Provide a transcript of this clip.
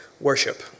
worship